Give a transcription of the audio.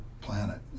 planet